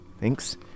thanks